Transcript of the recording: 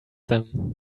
them